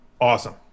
awesome